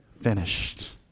finished